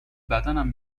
بدنم